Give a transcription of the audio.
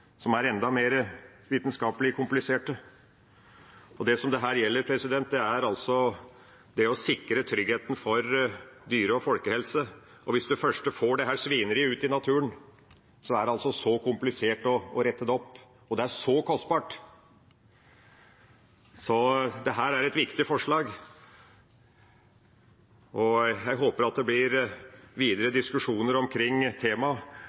som er enda mer vitenskapelig kompliserte. Det dette gjelder, er altså å sikre tryggheten for dyre- og folkehelse. Hvis en først får dette svineriet ut i naturen, er det komplisert å rette det opp, og det er kostbart. Så dette er et viktig forslag, og jeg håper at det blir videre diskusjoner omkring temaet.